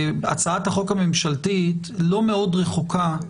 החקיקה הזאת היא הצעת חוק ממשלתית ורוב הסיכויים שהיא תעבור,